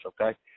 okay